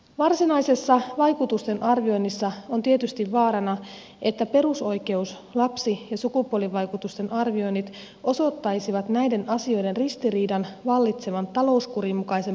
varsinaisessa vaikutusten arvioinnissa on tietysti vaarana että perusoikeus lapsi ja sukupuolivaikutusten arvioinnit osoittaisivat näiden asioiden ristiriidan vallitsevan talouskurin mukaisen politiikan kanssa